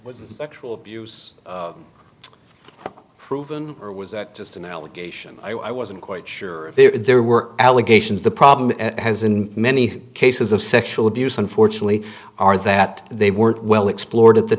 a sexual abuse proven or was that just an allegation i wasn't quite sure if there were allegations the problem has in many cases of sexual abuse unfortunately are that they weren't well explored at the